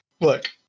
look